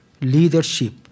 leadership